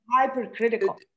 hypercritical